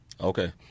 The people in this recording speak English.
okay